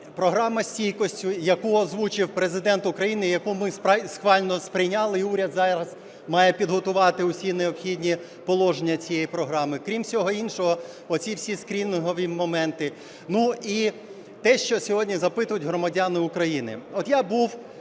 програма стійкості, яку озвучив Президент України, яку ми схвально сприйняли, і уряд зараз має підготувати всі необхідні положення цієї програми. Крім всього іншого, ці всі скринінгові моменти. І те, що сьогодні запитують громадяни України.